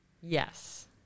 Yes